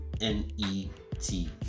N-E-T